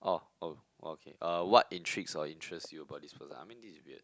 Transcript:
oh oh oh okay uh what intrigues or interests you about this person I mean this is weird